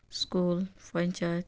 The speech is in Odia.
ସ୍କୁଲ୍ ପଞ୍ଚାୟତ